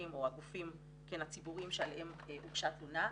או הגופים הציבוריים שעליהם הוגשה תלונה,